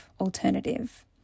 alternative